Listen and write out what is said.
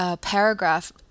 paragraph